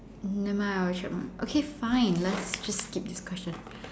never mind I'll check my okay fine let's just skip this question